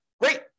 Great